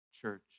Church